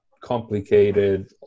complicated